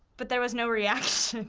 but there was no reaction.